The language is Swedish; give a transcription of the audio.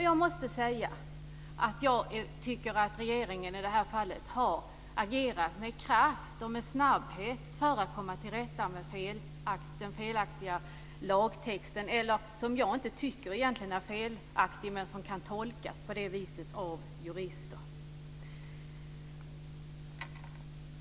Jag måste säga att jag tycker att regeringen i det här fallet har agerat med kraft och med snabbhet för att komma till rätta med den felaktiga lagtexten. Jag tycker egentligen inte att den är felaktig, men den kan tolkas felaktigt av jurister.